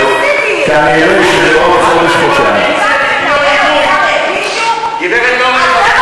היא מצטערת על מה שהיא עשתה לך?